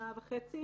שנה וחצי